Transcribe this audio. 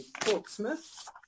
Portsmouth